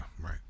right